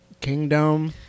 kingdom